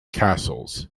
castles